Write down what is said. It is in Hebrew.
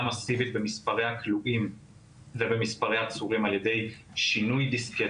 מסיבית במספרי הכלואים ובמספרי העצורים על ידי שינוי דיסקט